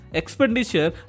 expenditure